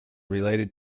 related